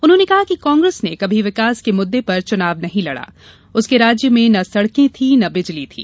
उन्होंने कहा कि कांग्रेस ने कभी विकास के मुददे पर चुनाव नहीं लड़ा उसके राज्य में न सड़कें थीं न बिजली थी